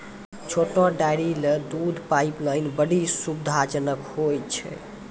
छोटो डेयरी ल दूध पाइपलाइन बड्डी सुविधाजनक होय छै